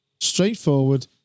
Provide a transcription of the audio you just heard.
straightforward